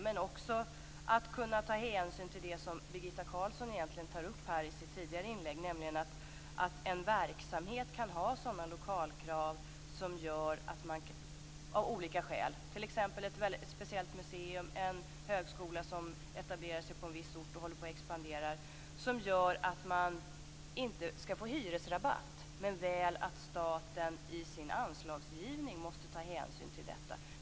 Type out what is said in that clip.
Men det gäller också detta som Birgitta Carlsson tog upp i sitt tidigare inlägg, nämligen att en verksamhet kan ha sådana lokalkrav - t.ex. ett speciellt museum eller en högskola som etablerar sig på en viss ort och håller på att expandera - att man av olika skäl inte får hyresrabatt, men staten måste i sin anslagsgivning ta hänsyn till detta.